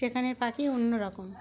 সেখানে পাখি অন্য রকম